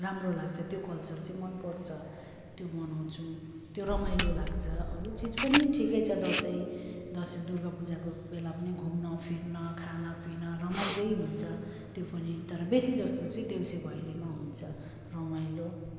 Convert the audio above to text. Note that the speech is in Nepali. राम्रो लाग्छ त्यो कल्चर चाहिँ मन पर्छ त्यो मनाउछौँ त्यो रमाइलो लाग्छ अरू चिज पनि ठिकै छ दसैँ दसैँ दुर्गा पूजाको बेला पनि घुम्न फिर्न खाना पिना रमाइलो हुन्छ त्यो पनि तर बेसी जस्तो चाहिँ देउसे भैलोमा हुन्छ रमाइलो